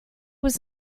was